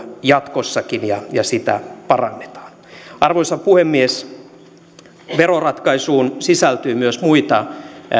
jatkossakin ja ja sitä parannetaan arvoisa puhemies veroratkaisuun sisältyy myös muita